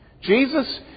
Jesus